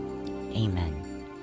Amen